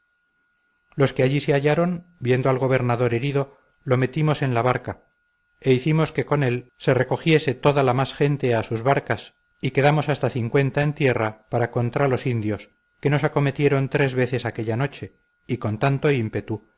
los que allí se hallaron viendo al gobernador herido lo metimos en la barca e hicimos que con él se recogiese toda la más gente a sus barcas y quedamos hasta cincuenta en tierra para contra los indios que nos acometieron tres veces aquella noche y con tanto ímpetu